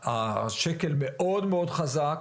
השקל הוא מאוד מאוד חזק,